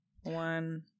one